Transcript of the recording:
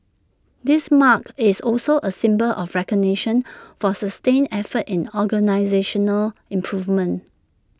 this mark is also A symbol of recognition for sustained efforts in organisational improvement